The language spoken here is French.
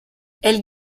elle